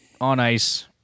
on-ice